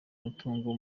umutungo